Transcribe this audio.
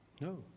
No